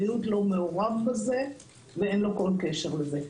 בריאות לא מעורב בזה ואין לו כל קשר לזה.